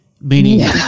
meaning